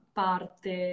parte